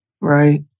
Right